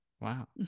Wow